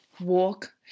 walk